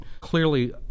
Clearly